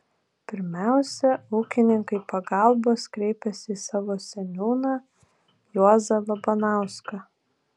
pirmiausia ūkininkai pagalbos kreipėsi į savo seniūną juozą labanauską